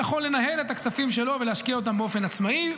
יכול לנהל את הכספים שלו ולהשקיע אותם באופן עצמאי.